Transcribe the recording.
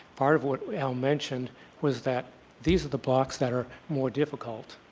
part of what al mentioned was that these are the blocks that are more difficult